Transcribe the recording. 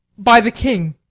by the king.